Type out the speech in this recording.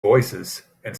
voicesand